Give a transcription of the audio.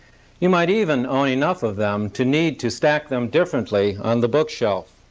you might even own enough of them to need to stack them differently on the bookshelf.